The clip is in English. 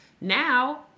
now